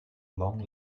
long